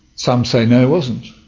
some say no, it wasn't.